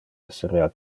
esserea